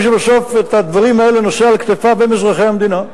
מי שבסוף את הדברים האלה נושא על כתפיו הם אזרחי המדינה,